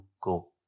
go